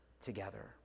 together